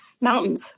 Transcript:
mountains